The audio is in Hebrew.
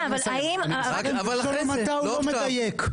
הוא לא מדייק.